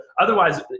Otherwise